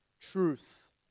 truth